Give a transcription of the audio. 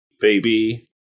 baby